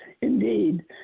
indeed